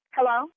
Hello